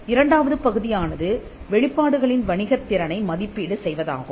இரண்டாவது பகுதியானது வெளிப்பாடுகளின் வணிகத் திறனை மதிப்பீடு செய்வதாகும்